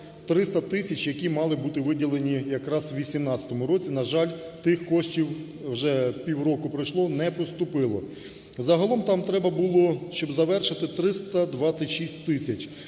300 тисяч, які мали бути виділені якраз у 18-му році. на жаль, тих коштів, вже півроку пройшло, не поступило. Загалом там треба було, щоб завершити 326 тисяч,